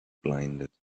blinded